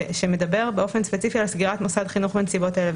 שמדבר באופן ספציפי על סגירת מוסד חינוך בנסיבות האלה.